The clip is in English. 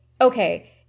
okay